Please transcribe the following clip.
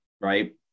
right